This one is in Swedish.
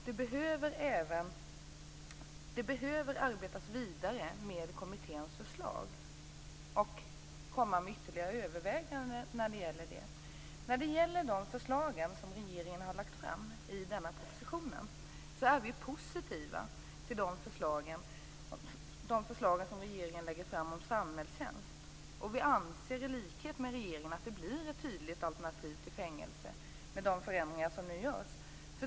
Det är nödvändigt att arbeta vidare med kommitténs förslag och att komma med ytterligare överväganden i det sammanhanget. Vi är positiva till de förslag om samhällstjänst som regeringen lägger fram i denna proposition. I likhet med regeringen anser vi att det blir ett tydligt alternativ till fängelse i och med de förändringar som nu görs.